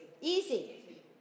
Easy